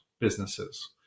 businesses